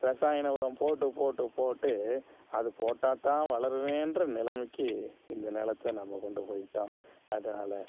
ரசாயன உரம் போட்டு போட்டு போட்டு அது போட்டால் தான் வளரவேன்ற நிலமைக்கு இந்த நிலத்த நம்ம கொண்டு போயிட்டோம் அதனால்